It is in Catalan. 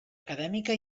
acadèmica